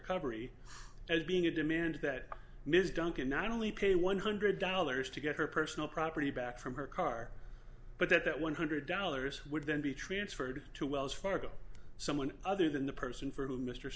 recovery as being a demand that ms duncan not only pay one hundred dollars to get her personal property back from her car but that that one hundred dollars would then be transferred to wells fargo someone other than the person for whom mr